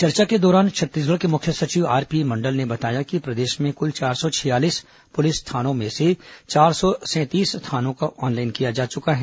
चर्चा के दौरान छत्तीसगढ़ के मुख्य सचिव आरपी मंडल ने बताया कि प्रदेश में कुल चार सौ छियालीस पुलिस थानों में चार सौ सैंतीस थानों को ऑनलाइन किया जा चुका है